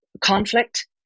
conflict